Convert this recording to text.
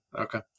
Okay